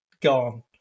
gone